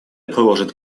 проложит